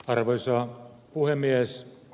arvoisa puhemies